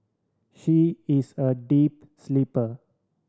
she is a deep sleeper